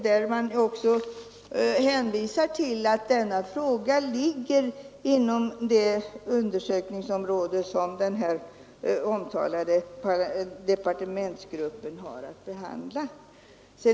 Där hänvisar utskottet till att denna fråga ligger inom det undersökningsområde som den här tidigare nämnda departementsgruppen har att behandla.